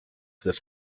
this